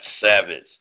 Savage